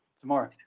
tomorrow